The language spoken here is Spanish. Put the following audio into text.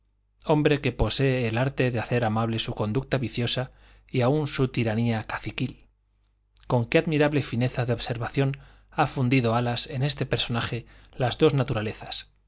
hombre que posee el arte de hacer amable su conducta viciosa y aun su tiranía caciquil con que admirable fineza de observación ha fundido alas en este personaje las dos naturalezas